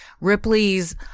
Ripley's